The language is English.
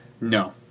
No